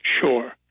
Sure